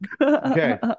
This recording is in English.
Okay